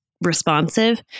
responsive